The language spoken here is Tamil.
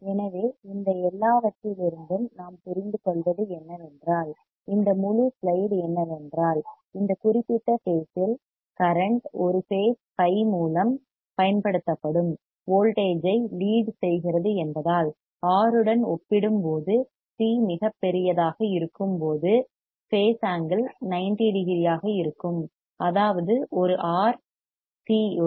எனவே இந்த எல்லாவற்றிலிருந்தும் நாம் புரிந்துகொள்வது என்னவென்றால் இந்த முழு ஸ்லைடு என்னவென்றால் இந்த குறிப்பிட்ட பேஸ் இல் கரெண்ட் ஒரு பேஸ் பை மூலம் பயன்படுத்தப்படும் வோல்டேஜ் ஐ லீட் செய்கிறது என்பதால் R உடன் ஒப்பிடும்போது C மிகப் பெரியதாக இருக்கும்போது பேஸ் ஆங்கிள் 90 டிகிரியாக இருக்கும் அதாவது ஒரு ஆர் R மற்றும் சி C உடன்